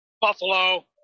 Buffalo